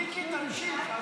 מיקי, תמשיך.